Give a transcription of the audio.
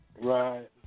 Right